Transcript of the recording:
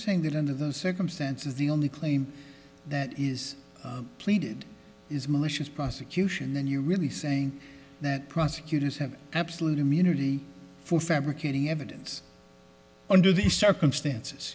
saying that under the circumstances the only claim that is pleaded is malicious prosecution then you're really saying that prosecutors have absolute immunity for fabricating evidence under the circumstances